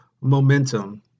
momentum